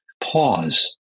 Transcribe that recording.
Pause